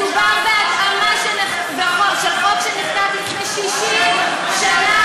מדובר בהתאמה של חוק שנחקק לפני 60 שנה.